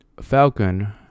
Falcon